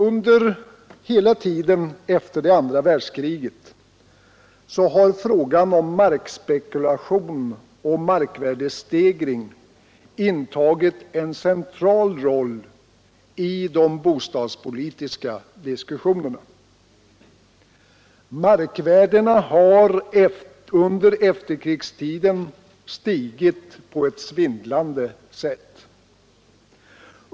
Under hela tiden efter det andra världskriget har frågan om markspekulation och markvärdestegring intagit en central roll i de bostadspolitiska diskussionerna. Markvärdena har under efterkrigstiden stigit på ett svindlande sätt.